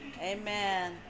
Amen